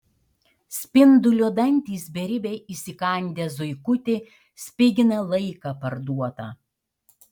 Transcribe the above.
spindulio dantys beribiai įsikandę zuikutį spigina laiką parduotą